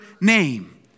name